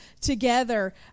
together